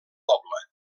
poble